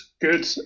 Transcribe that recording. good